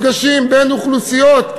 מפגשים בין אוכלוסיות,